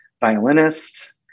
violinist